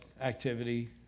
activity